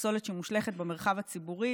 מהפסולת שמושלכת במרחב הציבורי.